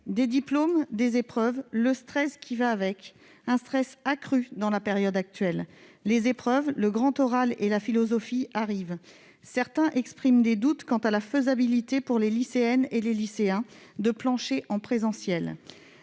Des diplômes, des épreuves, le stress qui va avec ... Un stress accru dans la période actuelle. Les épreuves, le grand oral et la philosophie arrivent. Certains expriment des doutes quant à la faisabilité pour les lycéennes et lycéens de plancher en présentiel.